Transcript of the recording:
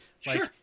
Sure